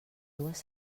dues